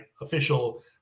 official